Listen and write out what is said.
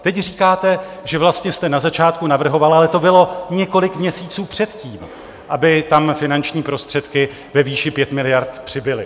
Teď říkáte, že vlastně jste na začátku navrhoval, ale to bylo několik měsíců předtím, aby tam finanční prostředky ve výši 5 miliard přibyly.